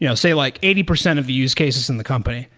you know say, like eighty percent of the use cases in the company.